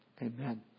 Amen